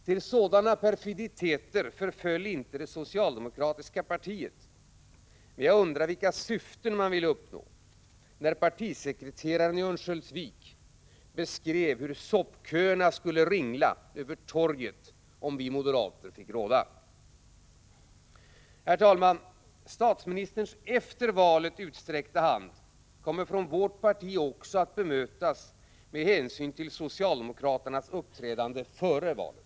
Till sådana perfiditeter förföll inte det socialdemokratiska partiet, men jag undrar vilka syften man ville uppnå, när partisekreteraren i Örnsköldsvik beskrev hur soppköerna skulle ringla över torget om vi moderater fick råda. Herr talman! Statsministerns efter valet utsträckta hand kommer från vårt parti att bemötas också med hänsyn till socialdemokraternas uppträdande före valet.